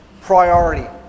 priority